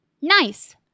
Nice